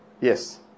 Yes